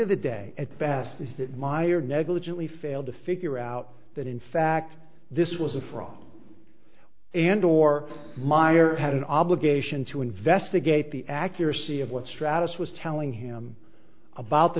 of the day at best is that meyer negligently failed to figure out that in fact this was a fraud and or meyer had an obligation to investigate the accuracy of what stratus was telling him about the